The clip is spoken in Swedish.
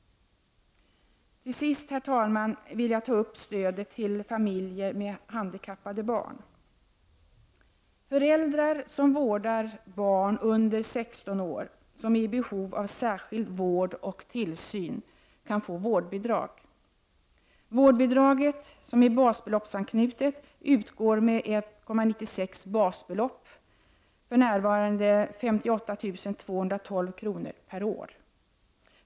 Herr talman! Till sist vill jag ta upp stödet till familjer med handikappade barn. Föräldrar som vårdar barn under 16 års ålder som är i behov av särskild vård och tillsyn kan få vårdbidrag. Vårdbidraget som är basbeloppsanknutet utgår med 1,96 basbelopp, för närvarande 58 212 kr. per år.